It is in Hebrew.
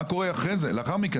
מה קורה אחר כך?